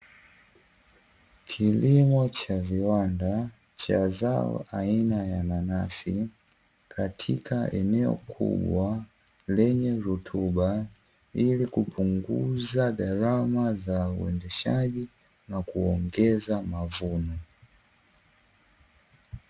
Kilimo cha viwanda cha zao aina ya nanasi katika eneo kubwa lenye rutuba, ili kupunguza gharama za uendeshaji na kuongeza mavuno.